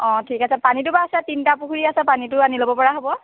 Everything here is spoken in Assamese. অঁ ঠিক আছে পানীটো বাৰু আছে তিনিটা পুখুৰী আছে পানীটো আনি ল'ব পৰা হ'ব